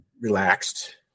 relaxed